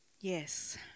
yes